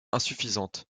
insuffisante